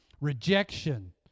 Rejection